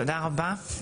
תודה רבה.